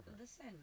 Listen